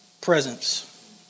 presence